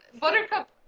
Buttercup